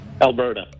Alberta